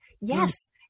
Yes